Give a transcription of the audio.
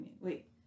Wait